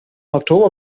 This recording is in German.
oktober